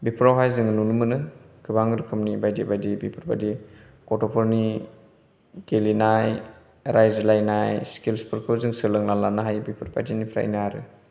बेफोरावहाय जोङो नुनो मोनो गोबां रोखोमनि बायदि बायदि बेफोरबायदि गथ'फोरनि गेलेनाय रायज्लायनाय स्किल्स फोरखौ जों सोलोंना लानो हायो बेफोरबायदिनिफ्रायनो आरो